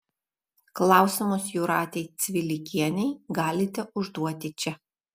klausimus jūratei cvilikienei galite užduoti čia